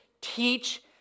teach